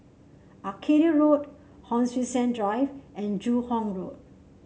Arcadia Road Hon Sui Sen Drive and Joo Hong Road